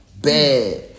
Bad